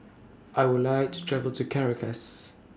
I Would like to travel to Caracas